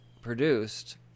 produced